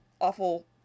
awful